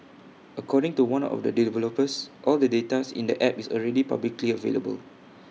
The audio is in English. according to one of the developers all the data in the app is already publicly available